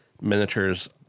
miniatures